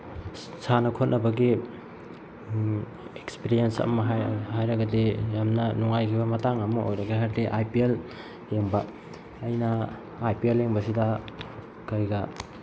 ꯁꯥꯟꯅ ꯈꯣꯠꯅꯕꯒꯤ ꯑꯦꯛꯁꯄꯤꯔꯤꯌꯦꯟꯁ ꯑꯃ ꯍꯥꯏꯔꯒꯗꯤ ꯌꯥꯝꯅ ꯅꯨꯡꯉꯥꯏꯈꯤꯕ ꯃꯇꯥꯡ ꯑꯃ ꯑꯣꯏꯕ ꯍꯥꯏꯔꯗꯤ ꯑꯥꯏ ꯄꯤ ꯑꯦꯜ ꯌꯦꯡꯕ ꯑꯩꯅ ꯑꯥꯏ ꯄꯤ ꯑꯦꯜ ꯌꯦꯡꯕꯁꯤꯗ ꯀꯔꯤꯗ